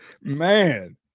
Man